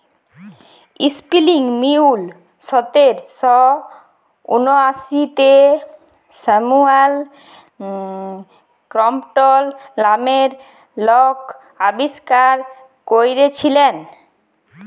spinning mule সতের শ উনআশিতে স্যামুয়েল ক্রম্পটল লামের লক আবিষ্কার ক্যইরেছিলেল